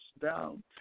down